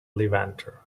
levanter